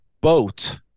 boat